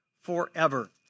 forever